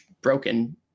broken